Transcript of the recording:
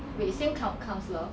wait same coun~ counsellor